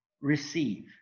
receive